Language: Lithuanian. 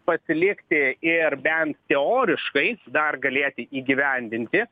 pasilikti ir bent teoriškai dar galėti įgyvendinti